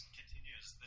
continues